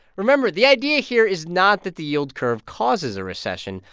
remember the idea here is not that the yield curve causes a recession.